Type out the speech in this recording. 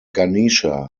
ganesha